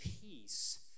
peace